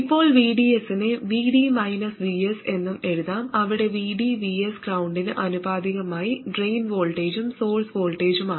ഇപ്പോൾ VDS നെ VD VS എന്നും എഴുതാം അവിടെ VD VS ഗ്രൌണ്ടിന് ആനുപാതികമായ ഡ്രെയിൻ വോൾട്ടേജും സോഴ്സ് വോൾട്ടേജുമാണ്